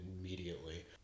immediately